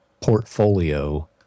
portfolio